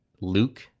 Luke